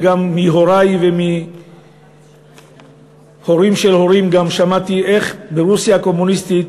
וגם מהורי ומהורים של הורים שמעתי איך ברוסיה הקומוניסטית